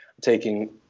taking